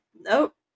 Nope